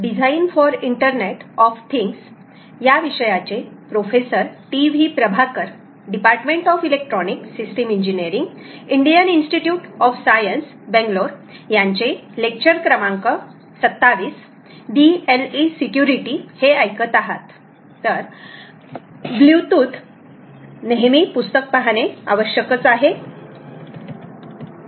blue tooth नेहमी पुस्तक पहाणे आवश्यकच आहे